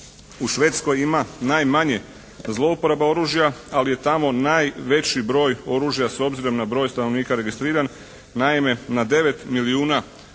u Švedskoj ima najmanje zlouporaba oružja ali je tamo najveći broj oružja s obzirom na broj stanovnika registriran. Naime, na 9 milijuna